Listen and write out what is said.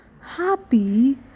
happy